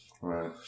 Right